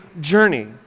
journey